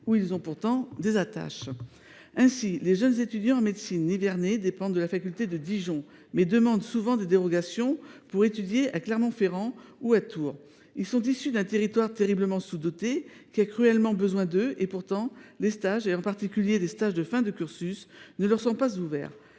où ils ont pourtant des attaches. Ainsi, les jeunes étudiants en médecine nivernais dépendent de la faculté de Dijon, mais demandent souvent des dérogations pour étudier à Clermont Ferrand ou à Tours. Ils sont issus d’un territoire terriblement sous doté qui a cruellement besoin d’eux. Pourtant, les stages, en particulier ceux de fin de cursus, ne leur sont pas ouverts.